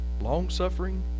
long-suffering